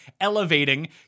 elevating